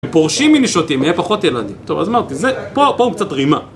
הם פורשים מנשותים, יהיה פחות ילדים, טוב אז מה אוקיי, פה הוא קצת רימה.